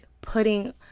putting